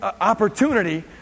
opportunity